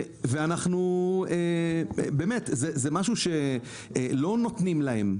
זה משהו שלא נותנים להן.